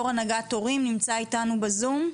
יושב ראש הנהגת הורים שנמצא איתנו בזום.